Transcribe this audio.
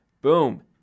Boom